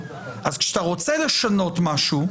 כשאתה רוצה לשנות משהו,